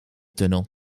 tunnel